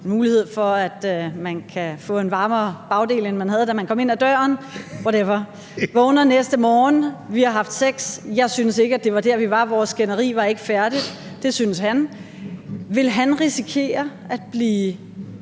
mulighed for, at man kan få en varmere bagdel, end man havde, da man kom ind ad døren – whatever. Jeg vågner næste morgen; vi har haft sex. Jeg synes ikke, at det var der, vi var, vores skænderi var ikke færdigt; det synes han. Vil han risikere at blive